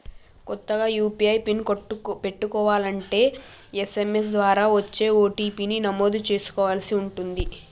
కొత్తగా UPI pin పెట్టుకోలంటే SMS ద్వారా వచ్చే ఓ.టీ.పీ ని నమోదు చేసుకోవలసి ఉంటుంది